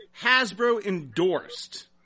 Hasbro-endorsed